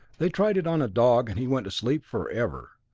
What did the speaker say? they tried it on a dog and he went to sleep forever.